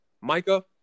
Micah